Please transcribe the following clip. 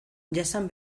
jasan